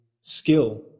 skill